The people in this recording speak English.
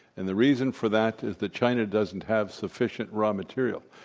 and the reason for that is that china doesn't have sufficient raw material.